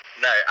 No